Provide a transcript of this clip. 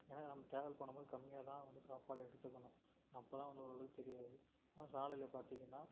ஏன்னால் நம்ம ட்ராவல் பண்ணும் போது கம்மியாக தான் வந்து சாப்பாடு எடுத்துக்கணும் அப்ப தான் வந்து ஓரளவுக்கு தெரியாது சாலையில் பார்த்தீங்கன்னா